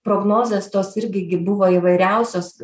prognozės tos irgi gi buvo įvairiausios